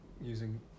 using